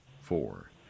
four